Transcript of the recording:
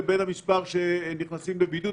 ל-15 דקות.